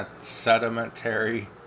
sedimentary